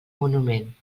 monument